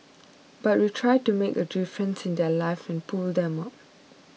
but we try to make a difference in their lives and pull them up